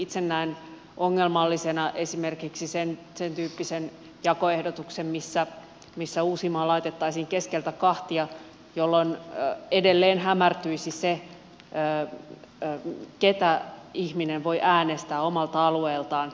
itse näen ongelmallisena esimerkiksi sentyyppisen jakoehdotuksen missä uusimaa laitettaisiin keskeltä kahtia jolloin edelleen hämärtyisi se ketä ihminen voi äänestää omalta alueeltaan